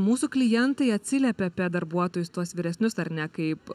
mūsų klientai atsiliepia apie darbuotojus tuos vyresnius ar ne kaip